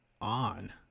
on